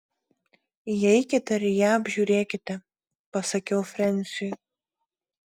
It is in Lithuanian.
įeikite ir ją apžiūrėkite pasakiau frensiui